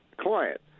client